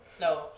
No